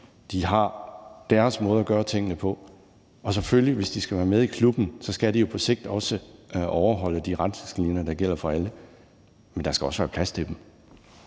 de har deres måde at gøre tingene på, og selvfølgelig skal de jo, hvis de skal være med i klubben, på sigt også overholde de retningslinjer, der gælder for alle. Men der skal også være plads til dem.